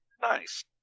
Nice